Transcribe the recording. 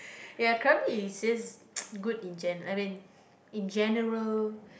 ya krabi is just good in I mean in general